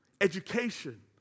education